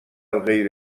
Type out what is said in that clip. غیر